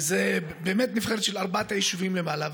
וזו נבחרת של ארבעת היישובים למעלה,